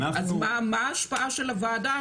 אז מה ההשפעה של הוועדה,